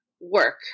work